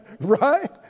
Right